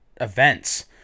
events